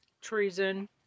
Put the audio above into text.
treason